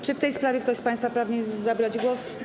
Czy w tej sprawie ktoś z państwa pragnie zabrać głos?